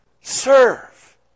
Serve